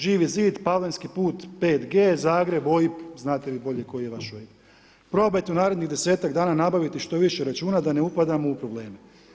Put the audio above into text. Živi zid, Palenski put 5G, Zagreb, OIB, znate vi bolje koji je vaš OIB, probajte u narednih 10-ak dana nabaviti što više računa da ne upadamo u probleme.